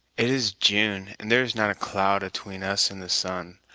it is june, and there is not a cloud atween us and the sun,